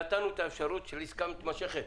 נתנו את האפשרות של עסקה מתמשכת,